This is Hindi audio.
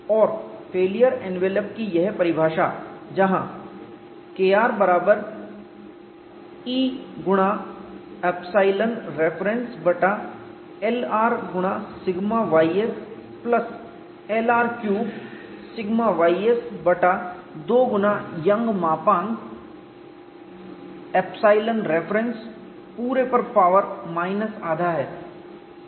और फेलियर एनवेलप की यह परिभाषा जहां Kr बराबर e गुणा ϵ रेफरेंस बटा Lr गुणा σys plus Lr cube σys बटा दोगुना यंग मापांकyoung's modulus ϵ रेफरेंस पूरे पर पावर माइनस आधा है